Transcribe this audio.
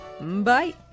bye